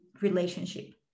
relationship